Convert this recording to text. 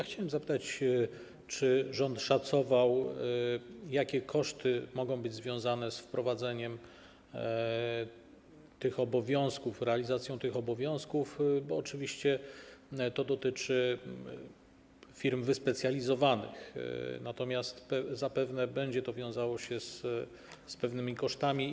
Chciałem zapytać, czy rząd szacował, jakie koszty mogą być związane z wprowadzeniem tych obowiązków i ich realizacją, bo oczywiście dotyczy to firm wyspecjalizowanych, natomiast zapewne będzie wiązało się z pewnymi kosztami.